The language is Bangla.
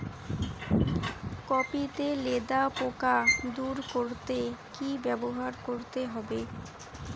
কপি তে লেদা পোকা দূর করতে কি ব্যবহার করতে হবে?